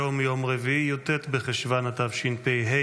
היום יום רביעי י"ט בחשוון התשפ"ה,